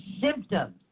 symptoms